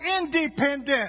independent